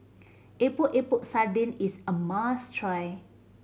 Epok Epok Sardin is a must try